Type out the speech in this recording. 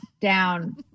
down